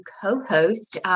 co-host